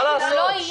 מה לעשות.